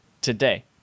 today